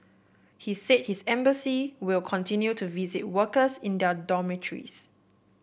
he said his embassy will continue to visit workers in their dormitories